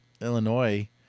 Illinois